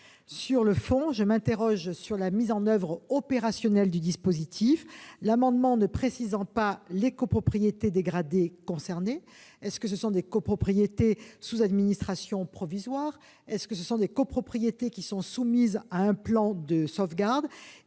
Sur le fond, je m'interroge sur la mise en oeuvre opérationnelle du dispositif, l'amendement ne précisant pas les copropriétés dégradées concernées- s'agira-t-il des copropriétés sous administration provisoire, des copropriétés soumises à un plan de sauvegarde ?-